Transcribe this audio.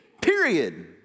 period